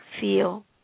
feel